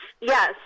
Yes